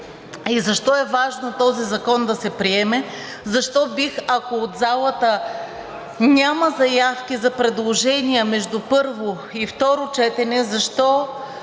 и защо е важно този закон да се приеме, защо бих, ако от залата няма заявки за предложения между първо и второ четене, защо